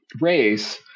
race